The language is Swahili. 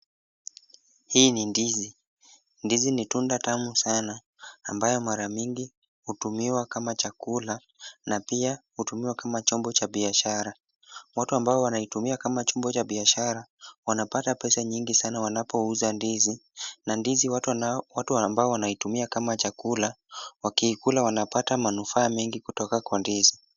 Hii ni ndizi, ndizi ni tunda tamu sana ambayo mara mingi hutumiwa kama chakula na pia hutumiwa kama chombo cha biashara. Wote ambao wanaitumia kama chomba cha biashara wanapata pesa nyingi sana wanapouza ndizi na ndizi watu ambao wanaitumia kama chakula, wakiikula wanapata manufaa mengi kutoka kwa ndizi.